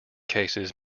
cases